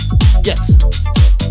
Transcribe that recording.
yes